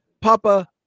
Papa